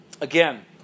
Again